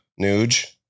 Nuge